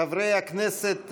חברי הכנסת,